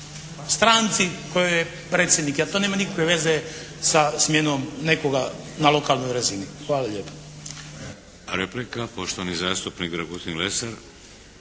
stranci kojoj je predsjednik jer to nema nikakve veze sa smjenom nekoga na lokalnoj razini. Hvala lijepo.